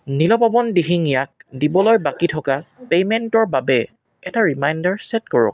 নীলপৱন দিহিঙীয়াক দিবলৈ বাকী থকা পে'মেণ্টৰ বাবে এটা ৰিমাইণ্ডাৰ চে'ট কৰক